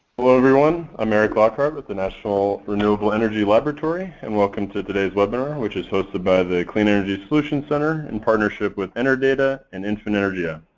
everyone. i'm eric lockhart, with the national renewable energy laboratory, and welcome to today's webinar, which is hosted by the clean energy solutions center, in partnership with enerdata and infinergia.